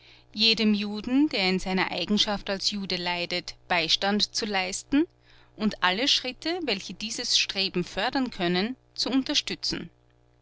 jedem juden der in seiner eigenschaft als jude leidet beistand zu leisten und alle schritte welche dieses streben fördern können zu unterstützen